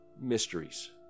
Mysteries